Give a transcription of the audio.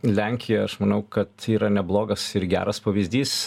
lenkijoj aš manau kad yra neblogas ir geras pavyzdys